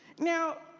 now,